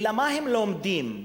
מה הם לומדים.